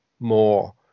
More